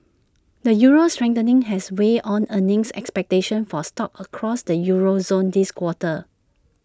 the euro's strengthening has weighed on earnings expectations for stocks across the euro zone this quarter